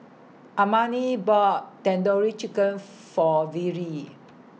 Armani bought Tandoori Chicken For Vere